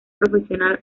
profesional